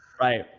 Right